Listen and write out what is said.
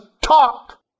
talk